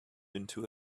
into